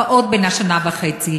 הפעוט בן השנה וחצי,